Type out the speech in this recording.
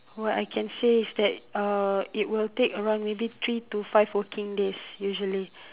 what can I say is that uh it will take around maybe three to five working days usually